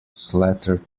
slater